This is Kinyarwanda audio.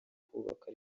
kubaka